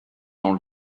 dans